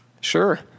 Sure